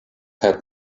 had